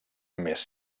més